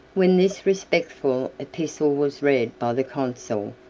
when this respectful epistle was read by the consul,